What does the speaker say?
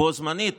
בו זמנית,